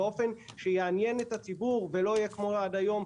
באופן שיעניין את הציבור ולא יהיה כמו עד היום,